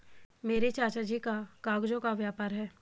मेरे चाचा जी का कागजों का व्यापार है